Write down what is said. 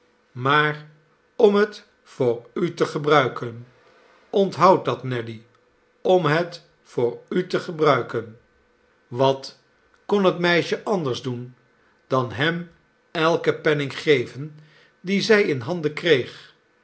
maar om het voor u te gebruiken onthoud dat nelly om het voor u te gebruiken wat kon het meisje anders doen dan hem elken penning geven dien zij in handen kreeg